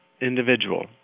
individual